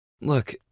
Look